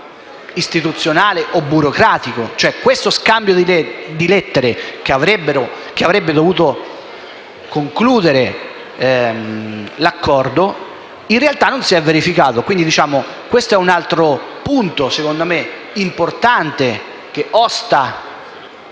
istituzionale o burocratico. Lo scambio di lettere, che avrebbe dovuto concludere l'Accordo, in realtà non si è verificato. E questo è un altro punto - secondo me importante - che osta